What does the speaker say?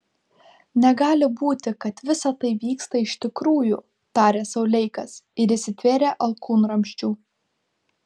negali būti kad visa tai vyksta iš tikrųjų tarė sau leikas ir įsitvėrė alkūnramsčių